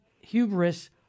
hubris